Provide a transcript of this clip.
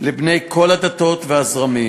לבני כל הדתות והזרמים,